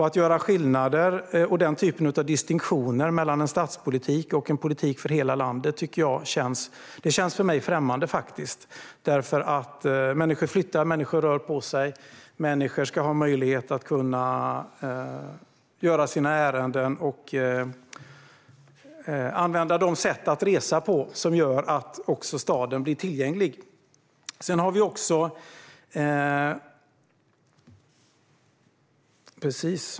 Att göra den typen av distinktioner och göra skillnad på stadspolitik och politik för hela landet känns för mig främmande eftersom människor flyttar. Människor rör på sig. Människor ska ha möjlighet att göra sina ärenden och använda de sätt att resa som gör att också staden blir tillgänglig.